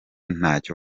ntacyo